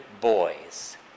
boys